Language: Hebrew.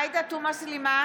עאידה תומא סלימאן,